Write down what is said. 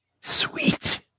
Sweet